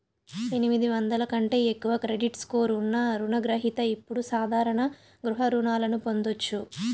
ఎనిమిది వందల కంటే ఎక్కువ క్రెడిట్ స్కోర్ ఉన్న రుణ గ్రహిత ఇప్పుడు సాధారణ గృహ రుణాలను పొందొచ్చు